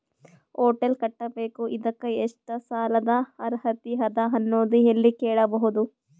Hotel ಕಟ್ಟಬೇಕು ಇದಕ್ಕ ಎಷ್ಟ ಸಾಲಾದ ಅರ್ಹತಿ ಅದ ಅನ್ನೋದು ಎಲ್ಲಿ ಕೇಳಬಹುದು?